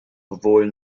sowohl